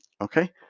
Okay